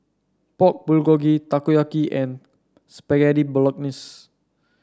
Pork Bulgogi Takoyaki and Spaghetti Bolognese